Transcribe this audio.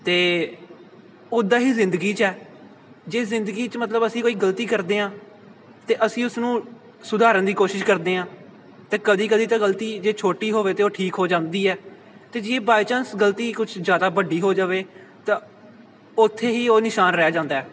ਅਤੇ ਉੱਦਾਂ ਹੀ ਜ਼ਿੰਦਗੀ 'ਚ ਆ ਜੇ ਜ਼ਿੰਦਗੀ 'ਚ ਮਤਲਬ ਅਸੀਂ ਕੋਈ ਗਲਤੀ ਕਰਦੇ ਹਾਂ ਅਤੇ ਅਸੀਂ ਉਸਨੂੰ ਸੁਧਾਰਨ ਦੀ ਕੋਸ਼ਿਸ਼ ਕਰਦੇ ਹਾਂ ਅਤੇ ਕਦੇ ਕਦੇ ਤਾਂ ਗਲਤੀ ਜੇ ਛੋਟੀ ਹੋਵੇ ਤਾਂ ਉਹ ਠੀਕ ਹੋ ਜਾਂਦੀ ਹੈ ਅਤੇ ਜੇ ਬਾਏ ਚਾਂਸ ਗਲਤੀ ਕੁਛ ਜ਼ਿਆਦਾ ਵੱਡੀ ਹੋ ਜਾਵੇ ਤਾਂ ਉੱਥੇ ਹੀ ਉਹ ਨਿਸ਼ਾਨ ਰਹਿ ਜਾਂਦਾ